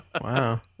Wow